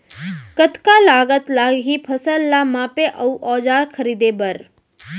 कतका लागत लागही फसल ला मापे के औज़ार खरीदे बर?